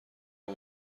اون